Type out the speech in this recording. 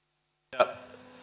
puhemies